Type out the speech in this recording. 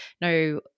no